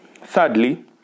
Thirdly